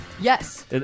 Yes